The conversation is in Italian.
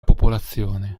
popolazione